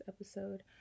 episode